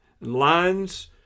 lines